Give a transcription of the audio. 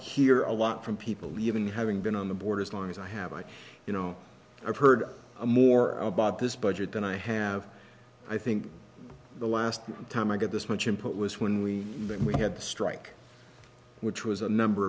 hear a lot from people even having been on the board as long as i have i you know i've heard more about this budget than i have i think the last time i got this much input was when we met we had the strike which was a number